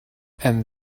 and